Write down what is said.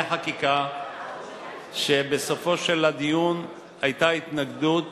חקיקה שבסופו של הדיון היתה התנגדות